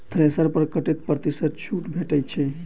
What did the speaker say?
Thresher पर कतै प्रतिशत छूट भेटय छै?